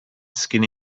skin